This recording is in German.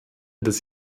des